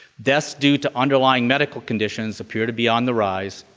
deaths due to underlying medical conditions appear to be on the rise.